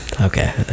Okay